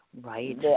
Right